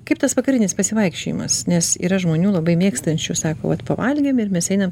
kaip tas vakarinis pasivaikščiojimas nes yra žmonių labai mėgstančių sako vat pavalgėm ir mes einam